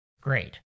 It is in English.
Great